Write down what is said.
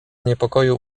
niepokoju